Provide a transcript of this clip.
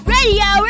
Radio